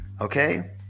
Okay